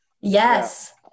Yes